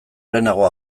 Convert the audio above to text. lehenago